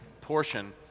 portion